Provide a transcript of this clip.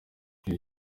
iri